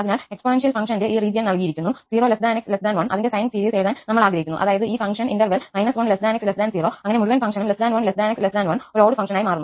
അതിനാൽ exponential function ഈ region നൽകിയിരിക്കുന്നു 0 𝑥 1 അതിന്റെ സൈൻ സീരീസ് എഴുതാൻ നമ്മൾ ആഗ്രഹിക്കുന്നു അതായത് ഈ ഫംഗ്ഷൻ ഇന്റെര്വല് 1 𝑥 0 അങ്ങനെ മുഴുവൻ ഫംഗ്ഷനും 1 𝑥 1 ഒരു ഓഡ്ഡ് ഫങ്ക്ഷന് മാറുന്നു